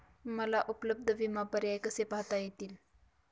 मला उपलब्ध विमा पर्याय कसे पाहता येतील?